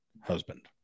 husband